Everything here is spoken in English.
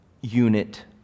unit